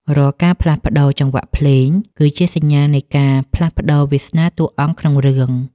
រាល់ការផ្លាស់ប្តូរចង្វាក់ភ្លេង គឺជាសញ្ញានៃការផ្លាស់ប្តូរវាសនាតួអង្គក្នុងរឿង។